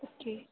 okay